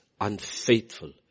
unfaithful